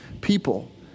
people